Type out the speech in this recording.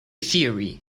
theory